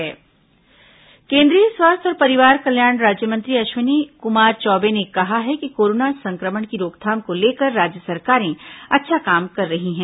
केंद्रीय राज्यमंत्री बयान केंद्रीय स्वास्थ्य और परिवार कल्याण राज्यमंत्री अश्विनी कुमार चौबे ने कहा है कि कोरोना संक्रमण की रोकथाम को लेकर राज्य सरकारें अच्छा काम कर रही हैं